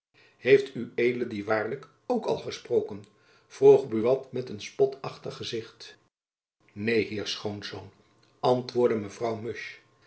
heeft ued die waarlijk ook al gesproken vroeg buat met een spotachtig gezicht neen heer schoonzoon antwoordde